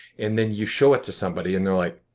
and then you show it to somebody and they're like,